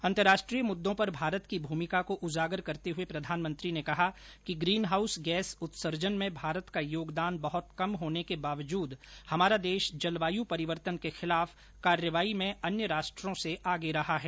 अंतर्राष्ट्रीय मुद्दों पर भारत की भूमिका को उजागर करते हुए प्रधानमंत्री ने कहा कि ग्रीन हाउस गैस उत्सर्जन में भारत का योगदान बहुत कम होने के बावजूद हमारा देश जलवायु परिवर्तन के खिलाफ कार्रवाई में अन्य राष्ट्रों से आगे रहा है